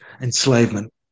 enslavement